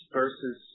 versus